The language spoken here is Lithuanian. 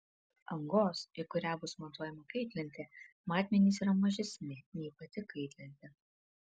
angos į kurią bus montuojama kaitlentė matmenys yra mažesni nei pati kaitlentė